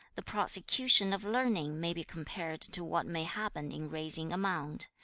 the prosecution of learning may be compared to what may happen in raising a mound.